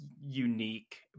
unique